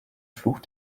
fluch